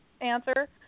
answer